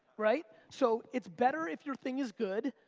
right? so, it's better if your thing is good,